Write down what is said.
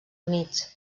units